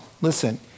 listen